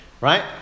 right